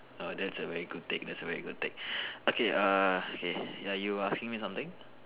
no that's a very good take that's a very good take okay err K ya you asking me something